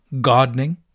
gardening